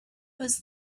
was